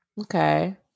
Okay